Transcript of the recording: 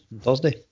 Thursday